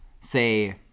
say